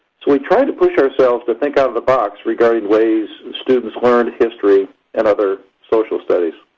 so we tried to push ourselves to think out of the box regarding ways students learned history and other social studies.